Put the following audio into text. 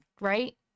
right